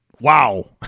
wow